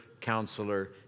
counselor